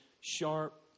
sharp